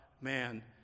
man